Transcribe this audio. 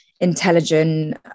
intelligent